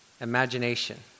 imagination